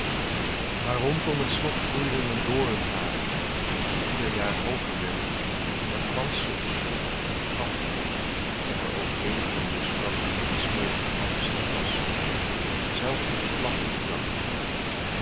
maar rondom het slot groeide een doornhaag die ieder jaar hooger werd en het gansche slot omgaf en er overheen groeide zoodat er niets meer van te zien was zelfs niet de vlag op het dak